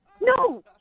No